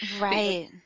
right